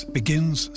begins